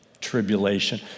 tribulation